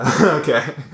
Okay